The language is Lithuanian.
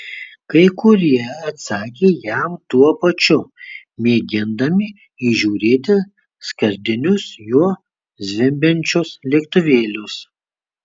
kai kurie atsakė jam tuo pačiu mėgindami įžiūrėti skardinius juo zvimbiančius lėktuvėlius